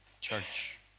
church